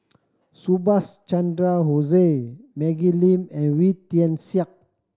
Subhas Chandra Bose Maggie Lim and Wee Tian Siak